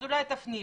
אולי תפנימי.